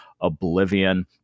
oblivion